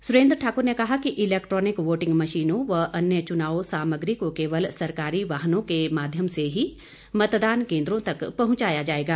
सुरेन्द्र ठाकुर ने कहा कि इलेक्ट्रॉनिक वोटिंग मशीनों व अन्य चुनावी सामग्री को केवल सरकारी वाहनों के माध्यम से ही मतदान केन्द्रों तक पहुंचाया जाएगा